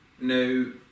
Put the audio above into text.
no